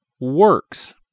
works